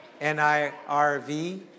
N-I-R-V